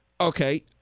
Okay